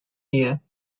year